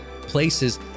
places